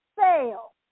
fail